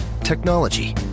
Technology